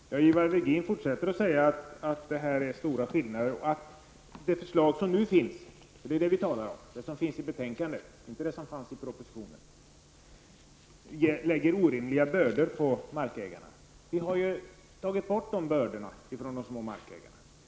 Fru talman! Ivar Virgin fortsätter att säga att det är fråga om stora skillnader och att det förslag vi nu talar om -- alltså det i betänkandet och inte det som fanns i propositionen -- lägger orimliga bördor på markägarna. Men vi har ju tagit bort de bördorna från de små markägarna.